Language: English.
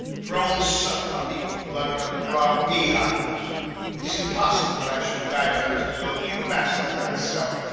drones sucke not eagles blood, but rob bee-hiues it is impossible that i should dye by such a lowly vassall as thy selfe.